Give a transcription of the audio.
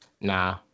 Nah